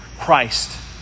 Christ